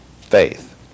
faith